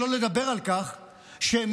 שלא לדבר על כך שמפלגתו,